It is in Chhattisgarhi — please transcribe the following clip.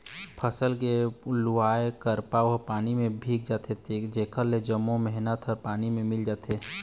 फसल के लुवाय करपा ह पानी म भींग जाथे जेखर ले जम्मो मेहनत ह पानी म मिल जाथे